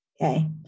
Okay